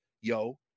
Yo